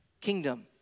kingdom